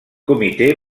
comitè